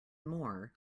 more